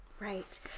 Right